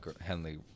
henley